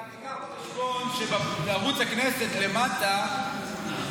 רק תיקח בחשבון שבערוץ הכנסת כתוב למטה: